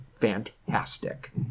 fantastic